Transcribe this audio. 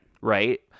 Right